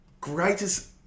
greatest